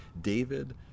David